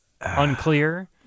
unclear